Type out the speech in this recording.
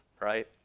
right